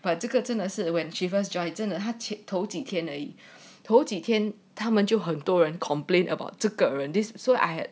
but 这个真的是 when she first joined 真的他只头几天而已头几天他们就很多人 complain about 这个人 this so I had